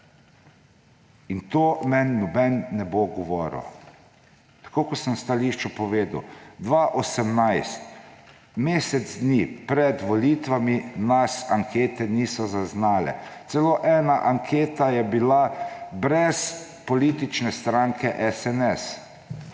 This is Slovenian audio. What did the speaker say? In tega meni nihče ne bo govoril. Tako kot sem v stališču povedal, 2018, mesec dni pred volitvami nas ankete niso zaznale. Ena anketa je bila celo brez politične stranke SNS,